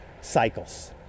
cycles